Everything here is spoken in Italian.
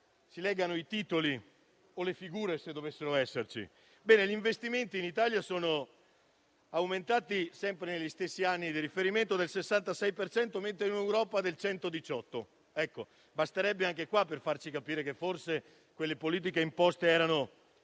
si leggano solo i titoli o le figure (se dovessero essercene). Gli investimenti in Italia sono aumentati, sempre negli stessi anni di riferimento, del 66 per cento, mentre in Europa del 118. Ecco, basterebbe questo dato per farci capire che forse quelle politiche imposte erano